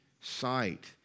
sight